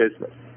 business